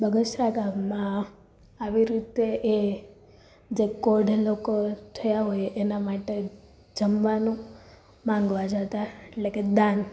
બગસરા ગામમાં આવી રીતે એ જે કોઢ લોકો થયા હોય એના માટે જમવાનું માંગવા જાતા એટલે કે દાન